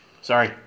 Sorry